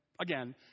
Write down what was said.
again